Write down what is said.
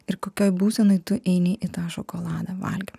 ir kokioj būsenoj tu eini į tą šokolado valgymą